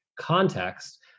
context